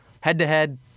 Head-to-head